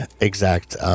exact